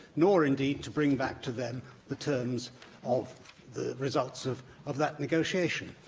nor, indeed, to bring back to them the terms of the results of of that negotiation.